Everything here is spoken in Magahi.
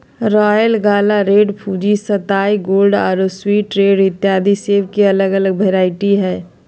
रायल गाला, रैड फूजी, सताई गोल्ड आरो स्वीट रैड इत्यादि सेब के अलग अलग वैरायटी हय